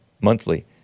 Monthly